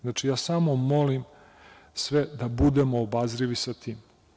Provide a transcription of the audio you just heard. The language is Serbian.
Znači, ja samo molim sve da budemo obazrivi sa tim.